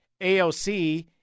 AOC